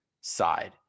side